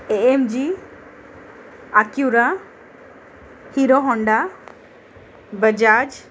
A M G Acura Hero Honda Bajaj